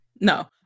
No